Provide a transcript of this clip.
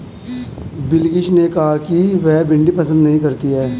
बिलकिश ने कहा कि वह भिंडी पसंद नही करती है